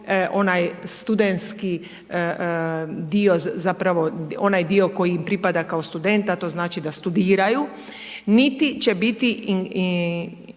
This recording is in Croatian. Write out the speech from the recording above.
onaj studentski dio, zapravo onaj dio koji im pripada kao student, to znači da studiraju, niti će biti